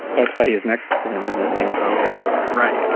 that's why he's next, to him in the same color right